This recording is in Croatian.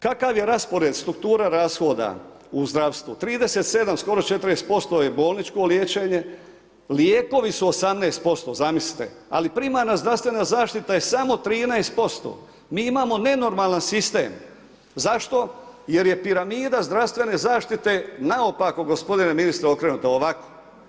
Kakav je raspored struktura rashoda u zdravstvu, 37 skoro 40% je bolničko liječenje, lijekovi su 18% zamislite, ali primarna zdravstvena zaštita je samo 13% mi imamo ne normalan sistem zašto, jer je piramida zdravstvene zaštite naopako gospodine ministre okrenuta, ovako.